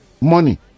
money